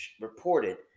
reported